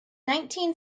nineteen